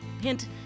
Hint